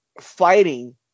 fighting